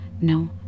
No